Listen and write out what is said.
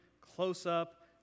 close-up